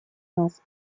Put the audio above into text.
нас